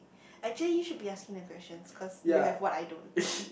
actually you should be asking the questions cause you have what I don't